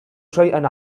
شيئًا